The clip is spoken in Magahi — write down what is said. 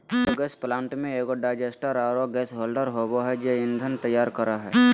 बायोगैस प्लांट में एगो डाइजेस्टर आरो गैस होल्डर होबा है जे ईंधन तैयार करा हइ